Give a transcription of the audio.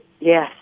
Yes